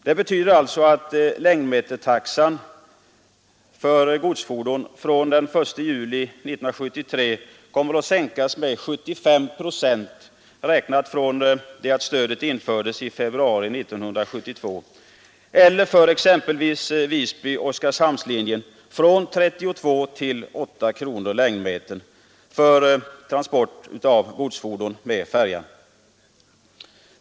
Det betyder alltså att längdmetertaxan för godsfordon från den 1 juli 1973 kommer att sänkas med 75 procent räknat från det att stödet infördes i februari 1972 eller för exempelvis Visby—Oskarshamnslinjen från 32 kronor till 8 kronor längdmetern för transport av godsfordon med färja.